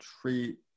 treat